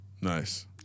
Nice